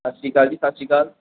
ਸਤਿ ਸ਼੍ਰੀ ਅਕਾਲ ਜੀ ਸਤਿ ਸ਼੍ਰੀ ਅਕਾਲ